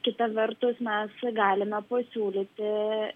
kita vertus mes galime pasiūlyti